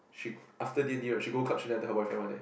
she after D-and-D she go club she never tell her boyfriend one eh